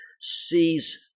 sees